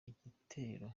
igitero